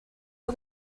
all